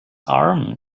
arm